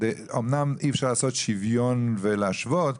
אומנם אי אפשר לעשות שוויון ולהשוות,